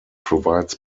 provides